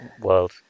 world